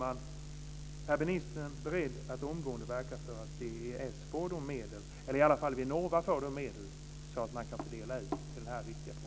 Är ministern beredd att omgående verka för att CES, eller i alla fall Vinnova, får medel för att dela ut för den här viktiga forskningen?